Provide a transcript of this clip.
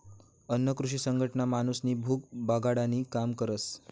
अन्न कृषी संघटना माणूसनी भूक भागाडानी काम करस